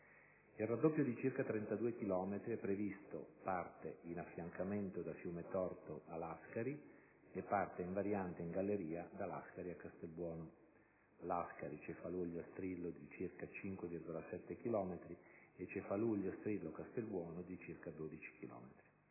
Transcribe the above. Il raddoppio di circa 32 chilometri è previsto parte in affiancamento da Fiumetorto a Lascari e parte in variante in galleria da Lascari a Castelbuono (Lascari-Cefalù Ogliastrillo di circa 5,7 chilometri e Cefalù Ogliastrillo-Castelbuono di circa 12